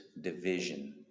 division